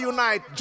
Unite